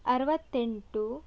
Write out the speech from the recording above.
ಅರವತ್ತೆಂಟು